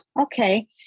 Okay